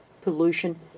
pollution